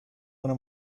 una